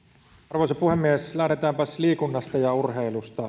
arvoisa puhemies lähdetäänpäs liikunnasta ja urheilusta